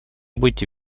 будете